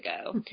ago